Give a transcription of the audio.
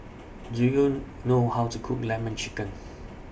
Do YOU know How to Cook Lemon Chicken